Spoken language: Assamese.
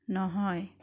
নহয়